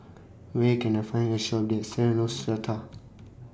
Where Can I Find A Shop that sells Neostrata